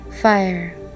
Fire